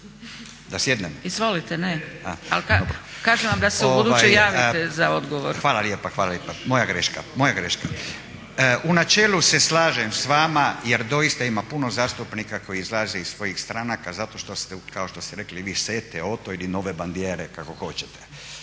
(SDP)** Izvolite ne, ali kažem vam da se ubuduće javite za odgovor. **Radin, Furio (Nezavisni)** Hvala lijepa, hvala lijepa. Moja greška, moja greška. U načelu se slažem s vama jer doista ima puno zastupnika koji izlaze iz svojih stranaka zato što ste kao što ste rekli i vi sete, oto ili nove bandiere kako hoćete.